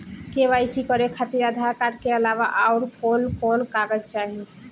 KYC करे खातिर Aadhaar card के अलावा आउरकवन कवन कागज चाहीं?